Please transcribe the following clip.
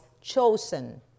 chosen